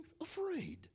afraid